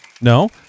No